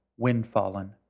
Windfallen